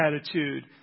attitude